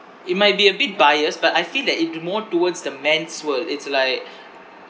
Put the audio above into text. it might be a bit biased but I feel that it'd more towards the men's world it's like